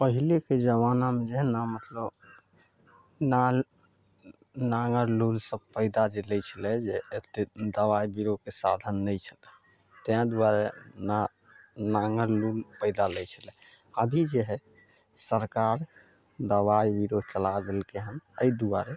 पहिलेके जमानामे जे हइ ने मतलब नाल नाङ्गर लूल सब पैदा जे लै छलय जे एते दबाइ बीरोके साधन नहि छलै तै दुआरे नां नाङ्गर लूल पैदा लै छलै अभी जे हइ सरकार दबाइ बीरो चला देलकय हन अइ दुआरे